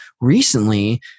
Recently